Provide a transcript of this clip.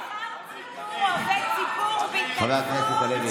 נבחר ציבור או עובד ציבור, חבר הכנסת הלוי.